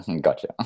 gotcha